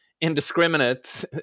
indiscriminate